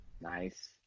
Nice